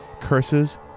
curses